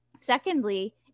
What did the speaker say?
secondly